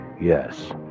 Yes